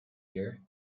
hear